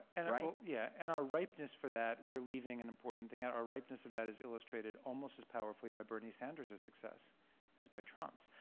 and right? yeah. and our ripeness for that we're leaving an important thing out our ripeness of that is illustrated almost as powerfully by bernie sanders' success as by trump's.